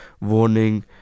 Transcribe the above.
warning